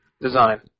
design